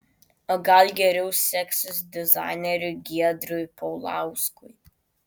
o gal geriau seksis dizaineriui giedriui paulauskui